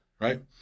right